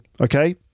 okay